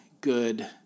good